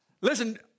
Listen